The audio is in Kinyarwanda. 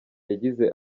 yagize